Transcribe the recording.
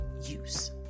use